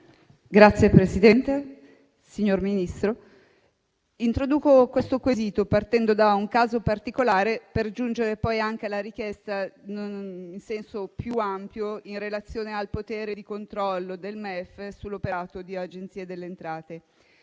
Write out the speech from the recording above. *(M5S)*. Signor Ministro, introduco il quesito partendo da un caso particolare per giungere anche alla richiesta più ampia in relazione al potere di controllo del MEF sull'operato di Agenzia delle entrate.